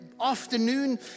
afternoon